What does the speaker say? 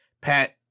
Pat